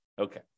Okay